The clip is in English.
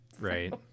right